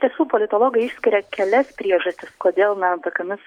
iš tiesų politologai išskiria kelias priežastis kodėl na tokiomis